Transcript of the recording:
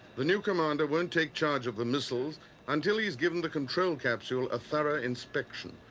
the new commander won't take charge of the missiles until he's given the control capsule a thorough inspection.